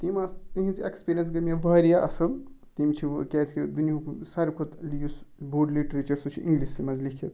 تِم آسہٕ تِہنٛز یہِ ایٚکٕسپیٖرِینٕس گٔے مےٚ واریاہ اصٕل تِم چھِ کیٛازِکہِ دُنیاہُک ساروٕے کھۅتہٕ یُس بوٚڈ لِٹریٚچَر سُہ چھُ اِنٛگلشسٕے مَنٛز لیٚکھِتھ